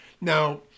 Now